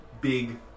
Big